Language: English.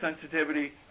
sensitivity